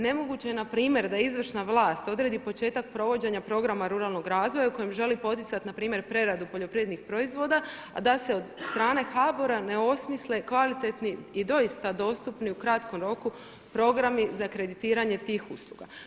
Nemoguće je npr. da izvršna vlast odredi početak provođenja programa ruralnog razvoja u kojem želi poticati npr. preradu poljoprivrednih proizvoda a da se od strane HBOR-a ne osmisle kvalitetni i doista dostupni u kratkom roku programi za kreditiranje tih usluga.